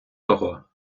того